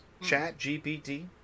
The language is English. ChatGPT